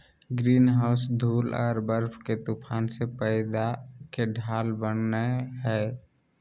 greenhouse धूल आर बर्फ के तूफान से पौध के ढाल बनय हइ